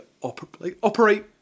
operate